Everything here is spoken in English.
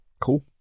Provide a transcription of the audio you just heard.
Cool